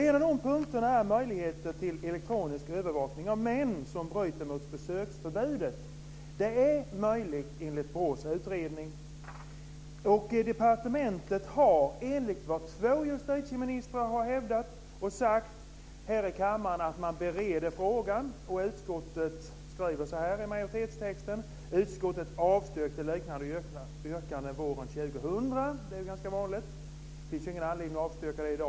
En av de punkterna gäller möjligheten till elektronisk övervakning av män som bryter mot besöksförbudet. Det är möjligt enligt BRÅ:s utredning. Två justitieministrar har sagt här i kammaren att departementet bereder frågan. Utskottet skriver så här i majoritetstexten: "Utskottet avstyrkte liknande yrkanden våren 2000." Det är ju ganska vanligt, men därför finns det ingen anledning att avstyrka dem i dag.